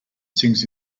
sings